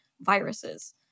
viruses